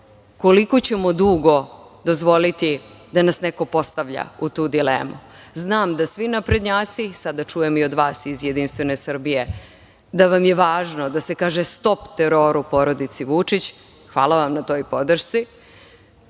koliko ćemo dugo dozvoliti da nas neko postavlja u tu dilemu. Znam da svi naprednjaci, sada čujem i od vas iz JS, da vam je važno da se kaže – stop teroru porodici Vučić. Hvala vam na toj podršci. Treba